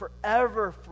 forever